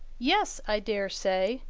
yes, i daresay,